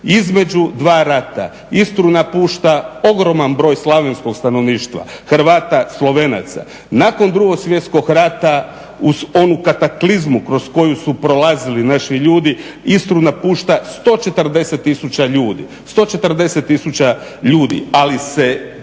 između dva rata Istru napušta ogroman broj slavenskog stanovništva, Hrvata, Slovenaca. Nakon 2. svjetskog rata uz onu kataklizmu kroz koju su prolazili naši ljudi Istru napušta 140 tisuća ljudi, ali se